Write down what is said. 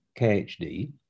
KHD